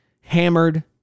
hammered